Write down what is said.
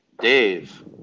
Dave